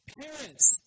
parents